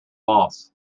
loss